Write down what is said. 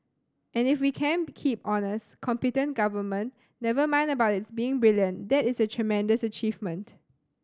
and if we can keep honest competent government never mind about its being brilliant that is a tremendous achievement